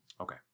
Okay